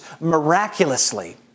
miraculously